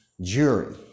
jury